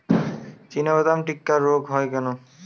চিনাবাদাম টিক্কা রোগ হয় কেন?